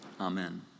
Amen